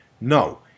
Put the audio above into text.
No